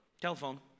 Telephone